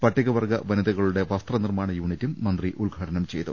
പട്ടികവർഗ്ഗ വനിതകളുടെ വസ്ത്ര നിർമ്മാണ യൂണിറ്റും മന്ത്രി ഉദ്ഘാടനം ചെയ്തു